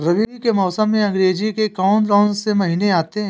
रबी के मौसम में अंग्रेज़ी के कौन कौनसे महीने आते हैं?